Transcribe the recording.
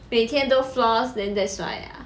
每天都 floss then that's 刷牙